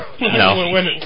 No